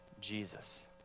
Jesus